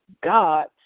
God